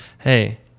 Hey